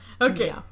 Okay